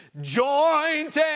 joint